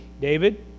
David